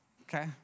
okay